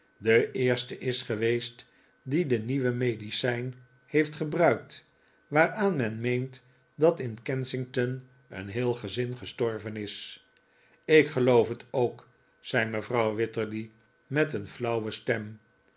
de eerste is geweest die de nieuwe medicijn heeft gebruikt waaraan men meent dat in kensington een heel gezin gestorven is ik geloof het ook zei mevrouw wititterly met een flauwe stem